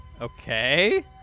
Okay